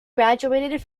graduated